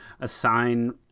assign